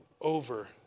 over